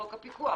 בחוק הפיקוח.